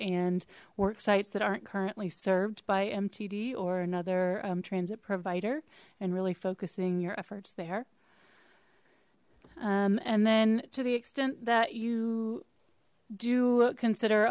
and work sites that aren't currently served by mtd or another transit provider and really focusing your efforts there and then to the extent that you do consider